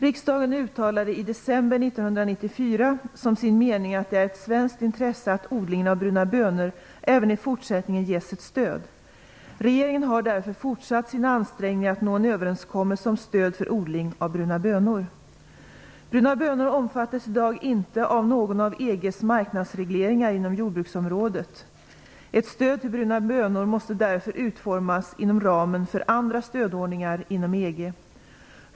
Riksdagen uttalade i december 1994 som sin mening att det är ett svenskt intresse att odlingen av bruna bönor även i fortsättningen ges ett stöd. Regeringen har därför fortsatt sina ansträngningar att nå en överenskommelse om stöd för odling av bruna bönor. Bruna bönor omfattas i dag inte av någon av EG:s marknadsregleringar inom jordbruksområdet. Ett stöd till bruna bönor måste därför utformas inom ramen för andra stödordningar inom EG.